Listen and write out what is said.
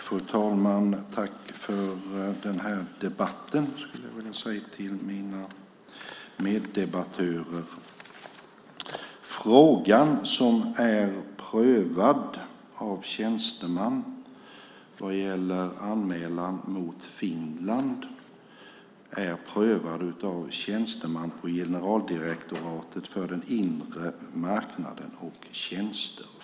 Fru talman! Tack för den här debatten, skulle jag vilja säga till mina meddebattörer. Frågan, som är prövad av tjänsteman vad gäller anmälan mot Finland, är prövad av tjänsteman på generaldirektoratet för den inre marknaden och tjänster.